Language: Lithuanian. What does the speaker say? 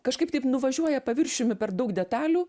kažkaip taip nuvažiuoja paviršiumi per daug detalių